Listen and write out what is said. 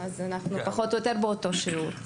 אנחנו פחות או יותר באותו שיעור.